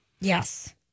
Yes